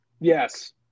Yes